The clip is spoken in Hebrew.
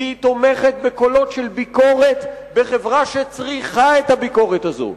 כי היא תומכת בקולות של ביקורת בחברה שצריכה את הביקורת הזאת.